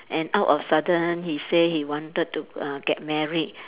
and out of sudden he say he wanted to uh get married